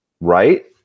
right